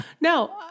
No